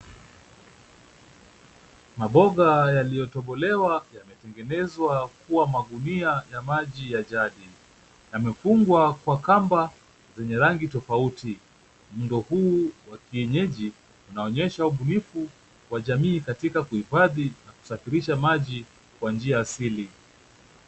Maboga yaliyotobolewa yametengenezwa kuwa magunia ya maji ya jadi. Yamefungwa kwa kamba zenye rangi tofauti. Muundo huu wa kienyeji unaonyesha ubunifu wa jamii katika kuhifadhi na kusafirisha maji kwa njia asili.